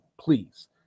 please